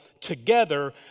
together